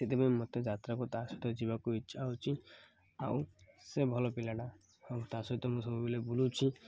ସେଥିପାଇଁ ମୋତେ ଯାତ୍ରାକୁ ତା' ସହିତ ଯିବାକୁ ଇଚ୍ଛା ହେଉଛି ଆଉ ସେ ଭଲ ପିଲାଟା ଆଉ ତା' ସହିତ ମୁଁ ସବୁବେଳେ ବୁଲୁଛି